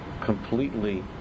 completely